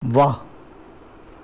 واہ